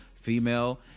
female